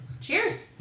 Cheers